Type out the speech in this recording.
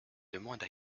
demande